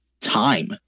time